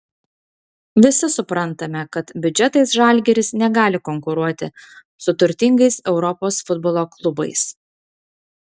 visi suprantame kad biudžetais žalgiris negali konkuruoti su turtingais europos futbolo klubais